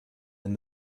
and